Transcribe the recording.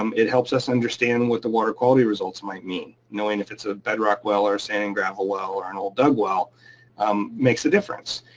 um it helps us understand what the water quality results might mean. knowing if it's a bedrock well or a sand and gravel well or an old dug well um makes a difference.